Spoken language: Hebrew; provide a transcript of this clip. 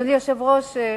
אדוני היושב-ראש,